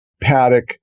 Paddock